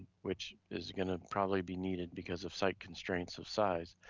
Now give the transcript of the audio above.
which is gonna probably be needed because of site constraints of size,